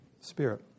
spirit